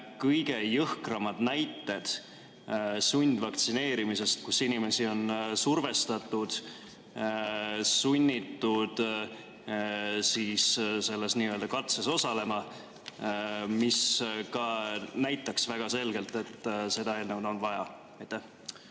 kõige jõhkramad näited sundvaktsineerimisest, kus inimesi on survestatud, sunnitud selles n-ö katses osalema, mis näitaks väga selgelt, et seda eelnõu on vaja?